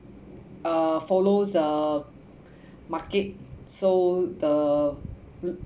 uh follow the market so the